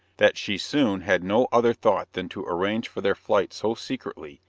that she soon had no other thought than to arrange for their flight so secretly,